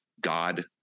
God